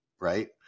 right